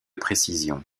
précision